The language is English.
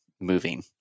moving